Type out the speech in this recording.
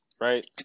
right